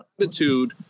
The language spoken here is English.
Attitude